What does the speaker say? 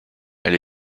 elle